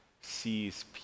sees